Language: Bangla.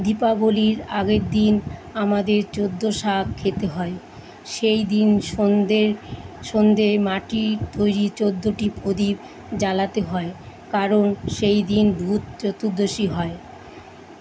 দীপাবলির আগের দিন আমাদের চোদ্দো শাক খেতে হয় সেই দিন সন্ধ্যের সন্ধ্যের মাটির তৈরী চোদ্দোটি প্রদীপ জ্বালাতে হয় কারণ সেই দিন ভূত চতুর্দশী হয়